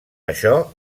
això